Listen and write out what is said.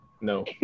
No